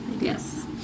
Yes